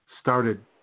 started